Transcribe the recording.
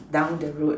down the road